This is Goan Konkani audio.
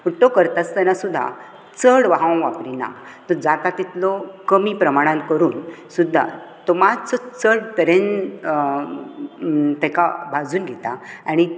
पूण तो करता आसतना सुद्दां चड हांव वापरीना तो जाता तितलो कमी प्रमाणांत करून सुद्दां तो मातचो चड तरेन तेका भाजून घेता आनी